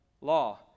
law